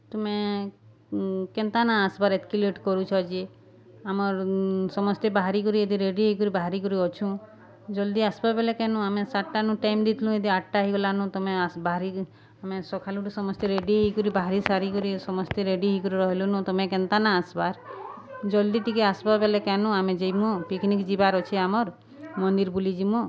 ତମେ କେନ୍ତା ନା ଆସ୍ବାର୍ ଏତ୍କି ଲେଟ୍ କରୁଛ ଯେ ଆମର୍ ସମସ୍ତେ ବାହାରିକରି ଏବେ ରେଡ଼ି ହେଇକରି ବାହାରିକରି ଅଛୁଁ ଜଲ୍ଦି ଆସ୍ବବେଲେ କେନୁ ଆମେ ସାତ୍ଟା ନୁ ଟାଇମ୍ ଦେଇଥିଲୁ ଏଦେ ଆଠ୍ଟା ହେଇଗଲାନ ତମେ ବାହାରିକି ଆମେ ସଖାଳୁଠୁ ସମସ୍ତେ ରେଡ଼ି ହେଇକରି ବାହାରି ସାରିକରି ସମସ୍ତେ ରେଡ଼ି ହେଇକରି ରହେଲୁନ ତମେ କେନ୍ତା ନା ଆସ୍ବାର୍ ଜଲ୍ଦି ଟିକେ ଆସ୍ବ ବେଲେ କେନୁ ଆମେ ଯିମୁ ପିକ୍ନିକ୍ ଯିବାର୍ ଅଛେ ଆମର୍ ମନ୍ଦିର୍ ବୁଲିଯିମୁ